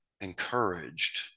encouraged